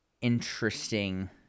interesting